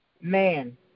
man